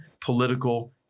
political